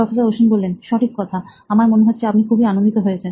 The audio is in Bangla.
প্রফেসর অশ্বিন সঠিক কথা আমার মনে হচ্ছে আপনি খুবই আনন্দিত হয়েছেন